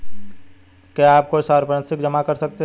क्या आप कोई संपार्श्विक जमा कर सकते हैं?